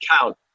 count